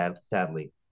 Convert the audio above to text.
sadly